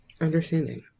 understanding